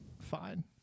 fine